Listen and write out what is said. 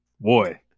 Boy